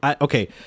okay